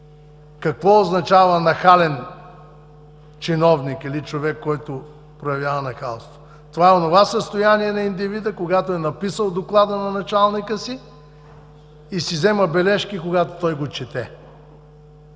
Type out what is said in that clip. какво означава нахален чиновник или човек, който проявява нахалство? Това е онова състояние на индивида, когато е написал доклада на началника си и си взема бележки, когато той го чете!